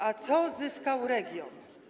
A co zyskał region?